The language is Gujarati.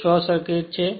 તે શોર્ટ સર્કિટ છે